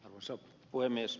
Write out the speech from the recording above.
arvoisa puhemies